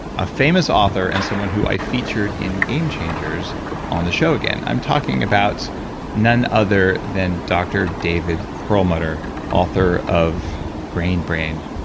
a famous author and someone who i featured in game changers on the show again. i'm talking about none other than dr. david perlmutter, author of grain brain.